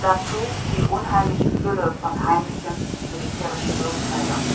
dazu die unheimliche fülle von heimlichen militärischen würdenträgern